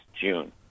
June